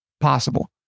possible